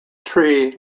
tree